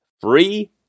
free